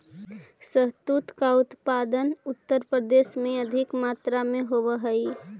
शहतूत का उत्पादन उत्तर भारत में अधिक मात्रा में होवअ हई